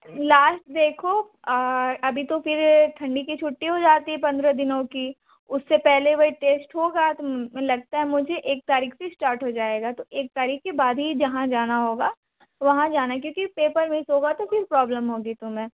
last देखो अभी तो फिर ठंडी की छुट्टी हो जाती है पंद्रह दिनों की उससे पहले वही टेस्ट होगा तो लगता है मुझे एक तारीख़ से इस्टार्ट हो जाएगा तो एक तारीख़ के बाद ही जहाँ जाना होगा वहाँ जाना क्योंकि पेपर मिस होगा तो फिर प्रॉब्लम होगी तुम्हे